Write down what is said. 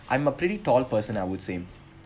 I'm a pretty tall person I would say